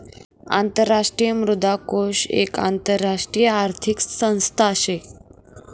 आंतरराष्ट्रीय मुद्रा कोष एक आंतरराष्ट्रीय आर्थिक संस्था शे